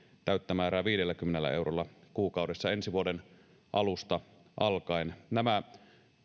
täyttä määrää viidelläkymmenellä eurolla kuukaudessa ensi vuoden alusta alkaen nämä